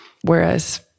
Whereas